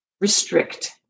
restrict